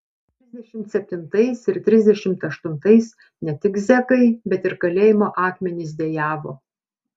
trisdešimt septintais ir trisdešimt aštuntais ne tik zekai bet ir kalėjimo akmenys dejavo